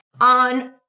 on